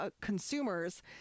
consumers